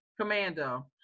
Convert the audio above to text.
commando